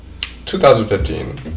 2015